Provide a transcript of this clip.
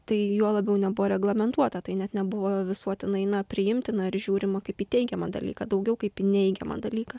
tai juo labiau nebuvo reglamentuota tai net nebuvo visuotinai na priimtina ar žiūrima kaip į teigiamą dalyką daugiau kaip į neigiamą dalyką